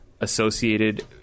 associated